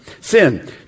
Sin